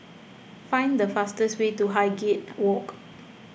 find the fastest way to Highgate Walk